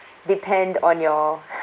depend on your